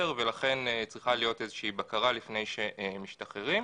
ולכן צריכה להיות איזושהי בקרה לפני שהם משתחררים,